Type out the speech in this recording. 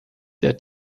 der